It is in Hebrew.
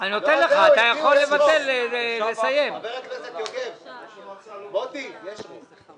אני אשמח שאנחנו נקיים כאן